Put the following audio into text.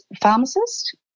pharmacist